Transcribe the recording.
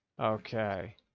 Okay